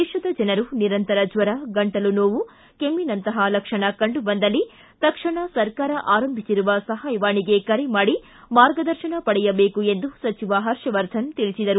ದೇಶದ ಜನರು ನಿರಂತರ ಜ್ವರ ಗಂಟಲು ನೋವು ಕೆಮ್ನಿನಂತಹ ಲಕ್ಷಣ ಕಂಡುಬಂದಲ್ಲಿ ತಕ್ಷಣ ಸರ್ಕಾರ ಆರಂಭಿಸಿರುವ ಸಹಾಯವಾಣಿಗೆ ಕರೆ ಮಾಡಿ ಮಾರ್ಗದರ್ಶನ ಪಡೆಯಬೇಕು ಎಂದು ಸಚಿವ ಡಾಕ್ಷರ್ ಹರ್ಷವರ್ಧನ ತಿಳಿಸಿದರು